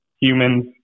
humans